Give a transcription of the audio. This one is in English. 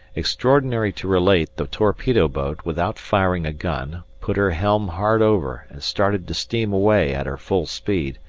extraordinary to relate, the torpedo boat, without firing a gun, put her helm hard over, and started to steam away at her full speed,